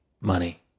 money